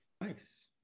Nice